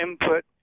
input